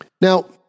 Now